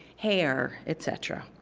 hair, etc.